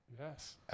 Yes